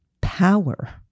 power